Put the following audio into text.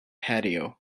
patio